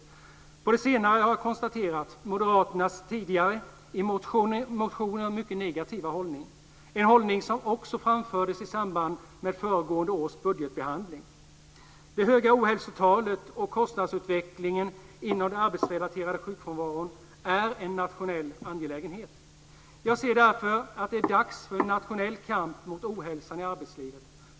Till det senare har jag konstaterat moderaternas tidigare i motioner mycket negativa hållning, en hållning som också framfördes i samband med föregående års budgetbehandling. Det höga ohälsotalet och kostnadsutvecklingen inom den arbetsrelaterade sjukfrånvaron är en nationell angelägenhet. Jag ser därför att det är dags för en nationell kamp mot ohälsan i arbetslivet.